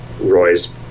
Roy's